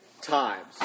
times